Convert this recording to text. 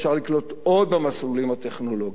אפשר לקלוט עוד במסלולים הטכנולוגיים.